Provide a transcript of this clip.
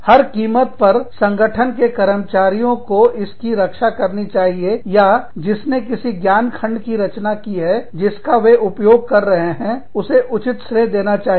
हर कीमत पर संगठन के कर्मचारियों को इसकी रक्षा करनी चाहिए या जिसने किसी ज्ञान खंड की रचना की है जिसका वे उपयोग कर रहे हैं उसे उचित श्रेय देना चाहिए